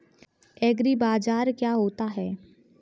एग्रीबाजार क्या होता है?